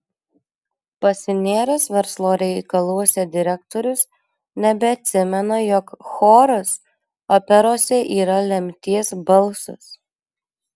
pasinėręs verslo reikaluose direktorius nebeatsimena jog choras operose yra lemties balsas